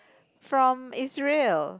from Israel